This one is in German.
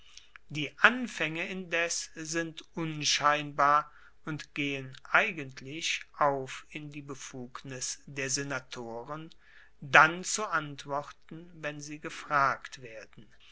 die anfaenge indes sind unscheinbar und gehen eigentlich auf in die befugnis der senatoren dann zu antworten wenn sie gefragt werden